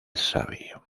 sabio